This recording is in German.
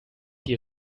die